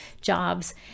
jobs